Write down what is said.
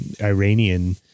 Iranian